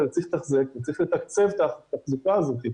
אתה צריך לתחזק וצריך לתקצב את התחלופה הזאת.